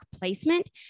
placement